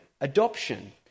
adoption